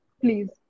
please